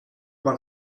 man